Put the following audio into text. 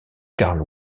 karl